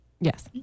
yes